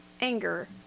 anger